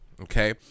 Okay